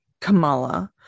kamala